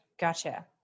Gotcha